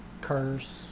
curse